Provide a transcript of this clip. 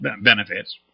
benefits